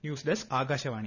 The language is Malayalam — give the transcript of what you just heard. news desk Akashvani